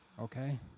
okay